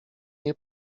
nie